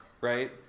right